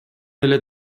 эле